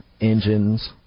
engines